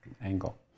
angle